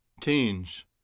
teens